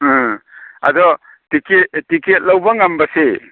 ꯎꯝ ꯑꯗꯣ ticket ticket ꯂꯧꯕ ꯉꯝꯕꯁꯤ